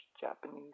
Japanese